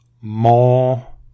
more